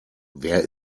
wer